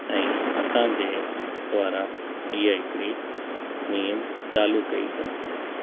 ऐं असांजे द्वारा हीअ हिकड़ी नेम चालू कई अथनि